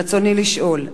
רצוני לשאול: